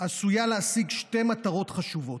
עשויה להשיג שתי מטרות חשובות: